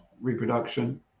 reproduction